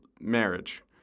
marriage